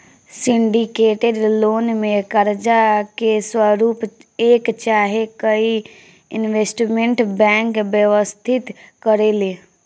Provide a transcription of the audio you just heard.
syndicated loan में कर्जा के स्वरूप एक चाहे कई इन्वेस्टमेंट बैंक व्यवस्थित करेले